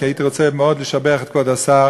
הייתי רוצה מאוד לשבח את כבוד השר.